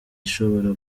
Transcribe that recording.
ishobora